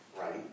right